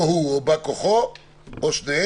או הוא, או בא כוחו, או שניהם,